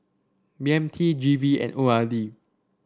B M T G V and O R D